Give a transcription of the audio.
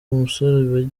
umusore